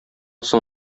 соң